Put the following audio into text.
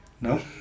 No